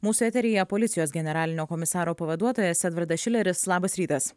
mūsų eteryje policijos generalinio komisaro pavaduotojas edvardas šileris labas rytas